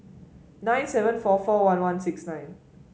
nine seven four four one one six nine